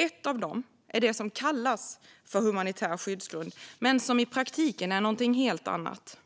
Ett av dem är det som kallas humanitär skyddsgrund men som i praktiken är någonting helt annat.